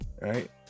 right